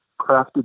crafted